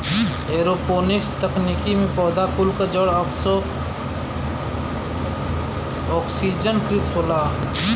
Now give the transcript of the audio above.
aeroponics तकनीकी में पौधा कुल क जड़ ओक्सिजनकृत होला